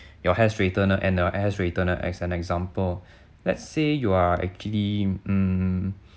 your hair straightener and your hair straightener as an example let's say you are actually hmm